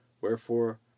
Wherefore